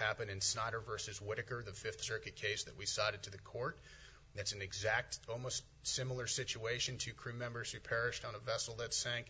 happened in snyder versus what occurred the fifth circuit case that we cited to the court and it's an exact almost similar situation to crewmembers who perished on a vessel that sank